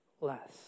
less